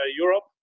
Europe